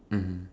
mmhmm